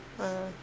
ah